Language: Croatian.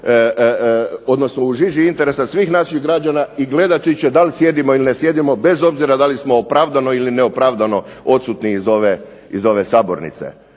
odnosno u žiži interesa svih naših građana i gledati će da li sjedimo ili ne sjedimo, bez obzira da li smo opravdano ili neopravdano odsutni iz ove sabornice.